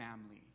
family